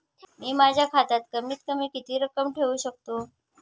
मी माझ्या खात्यात कमीत कमी किती रक्कम ठेऊ शकतो?